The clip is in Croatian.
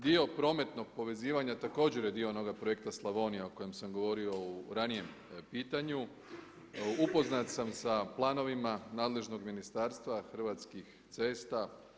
Dio prometnog povezivanja također je dio onoga projekta Slavonija o kojem sam govorio u ranijem pitanju, upoznat sam sa planovima nadležnog ministarstva Hrvatskih cesta.